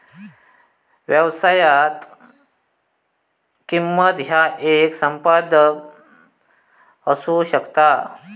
व्यवसायात, किंमत ह्या येक संपादन असू शकता